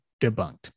debunked